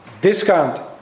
Discount